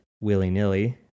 willy-nilly